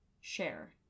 share